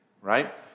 right